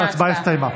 ההצבעה הסתיימה.